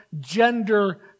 gender